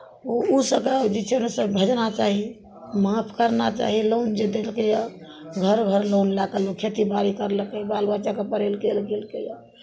ओ ओ सभके जे छै ने से भेजना चाही माफ करना चाही लोन जे देलकैए घर घर लोन लए कऽ लोक खेतीबाड़ी करलकै बाल बच्चाकेँ पढ़ेलकै लिखैलकैए